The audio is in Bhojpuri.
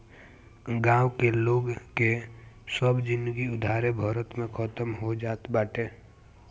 गांव के लोग कअ सब जिनगी उधारे भरत में खतम हो जात बाटे